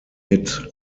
mit